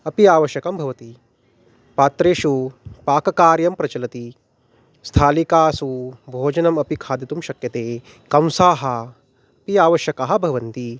अपि आवश्यकं भवति पात्रेषु पाककार्यं प्रचलति स्थालिकासु भोजनमपि खादितुं शक्यते चमसाः अपि आवश्यकाः भवन्ति